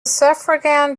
suffragan